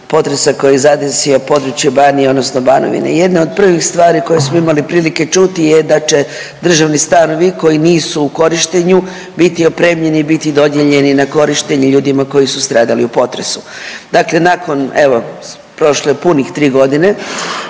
potresa koji je zadesio područje Banije odnosno Banovine. Jedna od prvih stvari koje smo imali prilike čuti je da će državni stanovi koji nisu u korištenju biti opremljeni i biti dodijeljeni na korištenje ljudima koji su stradali u potresu. Dakle, nakon evo prošlo je punih tri godine,